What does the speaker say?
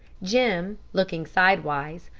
jim, looking sidewise,